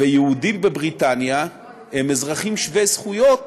ויהודים בבריטניה הם אזרחים שווי זכויות